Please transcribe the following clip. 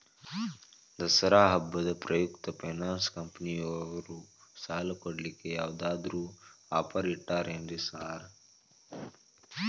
ದಸರಾ ಹಬ್ಬದ ಪ್ರಯುಕ್ತ ಫೈನಾನ್ಸ್ ಕಂಪನಿಯವ್ರು ಸಾಲ ಕೊಡ್ಲಿಕ್ಕೆ ಯಾವದಾದ್ರು ಆಫರ್ ಇಟ್ಟಾರೆನ್ರಿ ಸಾರ್?